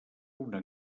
una